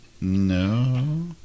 No